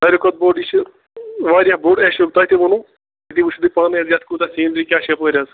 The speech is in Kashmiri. ساروی کھۄتہٕ بوڈ یہِ چھِ واریاہ بوڈ ایشیاہُک تۄہہِ تہِ ووٚنُو أتی وُچھُو تُہۍ پانَے حظ یَتھ کوٗتاہ سیٖنری کیٛاہ چھِ یَپٲرۍ حظ